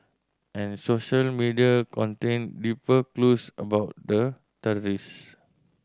and social media contained deeper clues about the terrorist